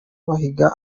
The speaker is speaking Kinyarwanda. bahiga